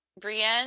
Brienne